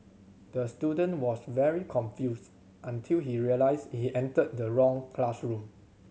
the student was very confused until he realised he entered the wrong classroom